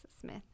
Smith